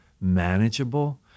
manageable